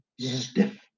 stiff